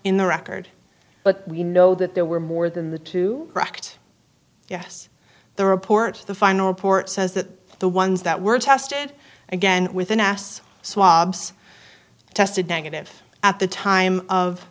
in the record but we know that there were more than the two cracked yes the report the final report says that the ones that were tested again with an ass swabs tested negative at the time of